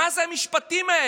מה זה המשפטים האלה?